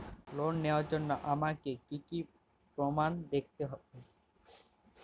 Loan নেওয়ার জন্য আমাকে কী কী প্রমাণ দেখতে হবে?